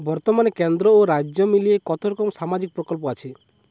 বতর্মানে কেন্দ্র ও রাজ্য মিলিয়ে কতরকম সামাজিক প্রকল্প আছে?